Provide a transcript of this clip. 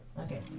Okay